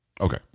Okay